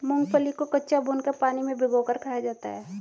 मूंगफली को कच्चा, भूनकर, पानी में भिगोकर खाया जाता है